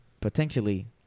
potentially